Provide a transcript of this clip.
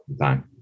time